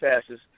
passes